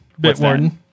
Bitwarden